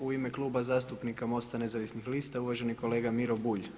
U ime Kluba zastupnika MOST-a Nezavisnih lista uvaženi kolega Miro Bulj.